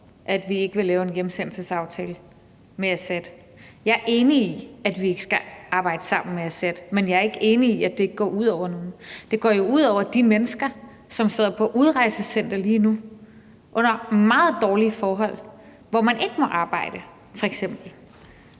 at vi ikke vil lave en hjemsendelsesaftale med Assad. Jeg er enig i, at vi ikke skal arbejde sammen med Assad, men jeg er ikke enig i, at det ikke går ud over nogen. Det går jo ud over de mennesker, som sidder på udrejsecenter lige nu under meget dårlige forhold, hvor de f.eks. ikke må arbejde.